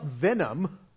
venom